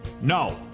No